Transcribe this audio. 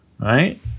right